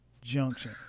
Junction